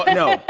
ah no,